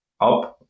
up